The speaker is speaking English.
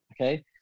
Okay